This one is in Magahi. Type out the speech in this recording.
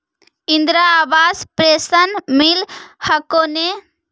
इन्द्रा आवास पेन्शन मिल हको ने?